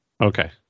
Okay